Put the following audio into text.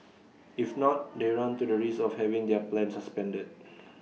if not they run the risk of having their plan suspended